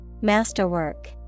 Masterwork